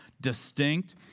Distinct